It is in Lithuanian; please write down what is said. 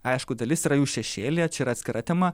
aišku dalis yra jų šešėlyje čia yra atskira tema